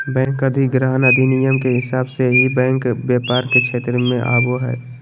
bank अधिग्रहण अधिनियम के हिसाब से ही बैंक व्यापार के क्षेत्र मे आवो हय